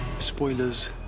Spoilers